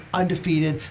undefeated